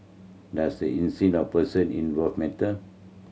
does the of person involved matter